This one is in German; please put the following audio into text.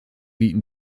bieten